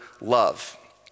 love